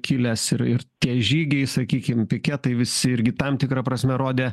kilęs ir ir tie žygiai sakykim piketai visi irgi tam tikra prasme rodė